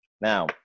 now